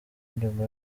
nyuma